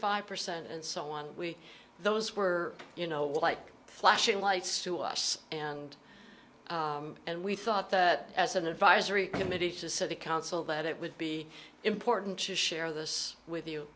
five percent and so on we those were you know like flashing lights to us and and we thought that as an advisory committee to city council that it would be important to share this with you